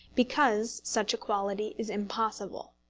because such equality is impossible.